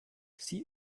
sie